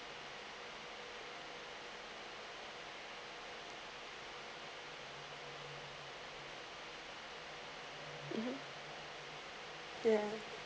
mmhmm ya